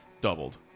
Doubled